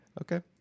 Okay